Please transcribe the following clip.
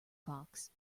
fox